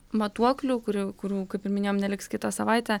matuoklių kuri kurių kaip ir minėjom neliks kitą savaitę